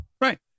Right